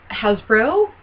Hasbro